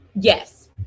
Yes